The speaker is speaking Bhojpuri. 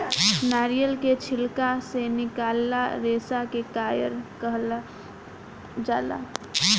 नारियल के छिलका से निकलाल रेसा के कायर कहाल जाला